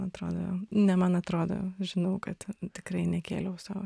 atrodo ne man atrodo žinau kad tikrai nekėliau sau